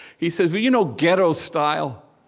he says, well, you know, ghetto-style.